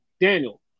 Daniel